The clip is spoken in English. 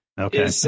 Okay